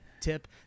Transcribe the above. Tip